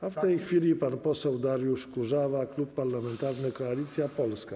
A w tej chwili pan poseł Dariusz Kurzawa, Klub Parlamentarny Koalicja Polska.